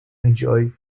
enjoy